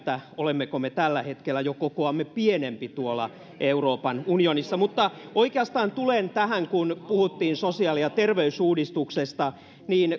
olemmeko me tällä hetkellä jo kokoamme pienempi tuolla euroopan unionissa oikeastaan tulen tähän kun puhuttiin sosiaali ja terveysuudistuksesta